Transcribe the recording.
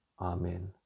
Amen